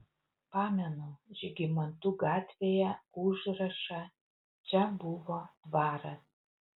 pamenu žygimantų gatvėje užrašą čia buvo dvaras